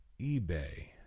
eBay